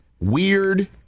weird